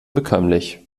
bekömmlich